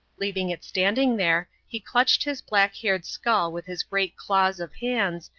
leaving it standing there, he clutched his black-haired skull with his great claws of hands,